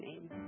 name